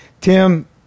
Tim